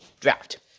draft